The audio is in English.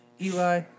Eli